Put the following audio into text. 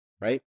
right